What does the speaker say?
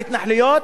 בהתנחלויות,